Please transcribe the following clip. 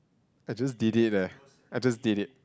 I just did it eh I just did it